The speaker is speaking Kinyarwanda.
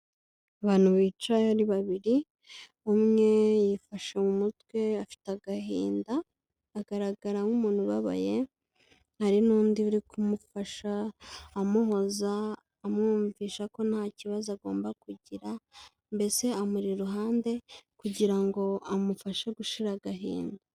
Abantu bicaye ari babiri, umwe yifashe mu mutwe afite agahinda, agaragara nk'umuntu ubabaye, hari n'undi uri kumufasha, amuhoza, amwumvisha ko nta kibazo agomba kugira mbese amu iruhande kugira ngo amufashe gushira agahinda.